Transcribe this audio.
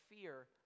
fear